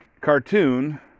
cartoon